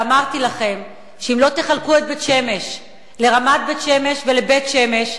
ואמרתי לכם שאם לא תחלקו את בית-שמש לרמת בית-שמש ולבית-שמש,